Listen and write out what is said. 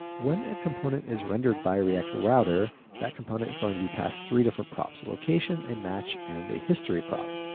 when a component is rendered by react router, that component is going to be passed three different props, location, and match, and a history prop.